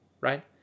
right